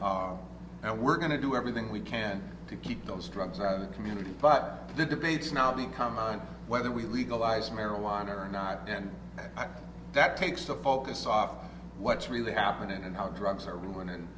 now we're going to do everything we can to keep those drugs out of the community but the debates now become on whether we legalize marijuana or not and that takes the focus off what's really happening and how drugs are ruining